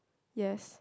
yes